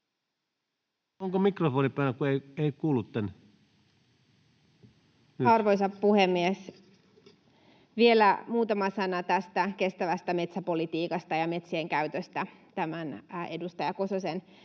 hallinnonala Time: 21:16 Content: Arvoisa puhemies! Vielä muutama sana tästä kestävästä metsäpolitiikasta ja metsien käytöstä edustaja Kososen